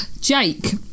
jake